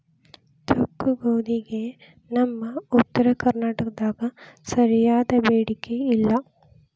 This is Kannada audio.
ತೊಕ್ಕಗೋಧಿಗೆ ನಮ್ಮ ಉತ್ತರ ಕರ್ನಾಟಕದಾಗ ಸರಿಯಾದ ಬೇಡಿಕೆ ಇಲ್ಲಾ